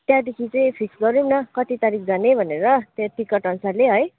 त्यहाँदेखि चाहिँ फिक्स गरौँ न कति तारिक जाने भनेर त्यो टिकटअनुसारले है